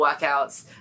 workouts